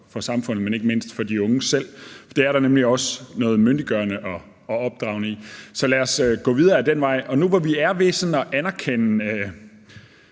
for samfundet og ikke mindst for de unge selv. Det er der nemlig også noget myndiggørelse og opdragelse i. Så lad os gå videre ad den vej. Nu, hvor vi er ved sådan at anerkende